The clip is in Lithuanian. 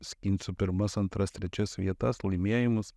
skinsiu pirmas antras trečias vietas laimėjimus